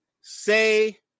Say